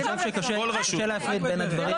קשה להפריד בין הקשיים --- בכל רשות.